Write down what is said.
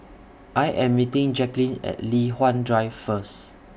I Am meeting Jaqueline At Li Hwan Drive First